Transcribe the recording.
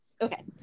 Okay